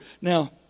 Now